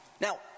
Now